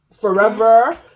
Forever